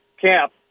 camp